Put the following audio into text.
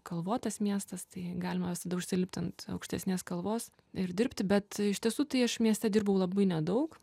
kalvotas miestas tai galima visada užsilipti ant aukštesnės kalvos ir dirbti bet iš tiesų tai aš mieste dirbau labai nedaug